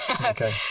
Okay